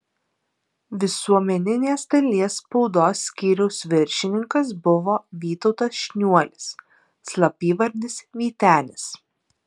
visuomeninės dalies spaudos skyriaus viršininkas buvo vytautas šniuolis slapyvardis vytenis